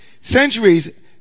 centuries